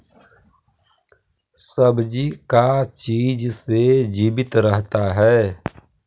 सब्जी का चीज से जीवित रहता है?